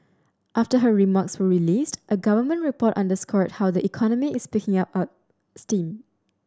after her remarks were released a government report underscored how the economy is picking up steam